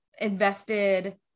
invested